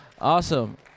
Awesome